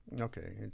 Okay